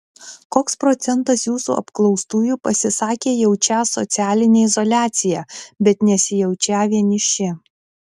koks procentas jūsų apklaustųjų pasisakė jaučią socialinę izoliaciją bet nesijaučią vieniši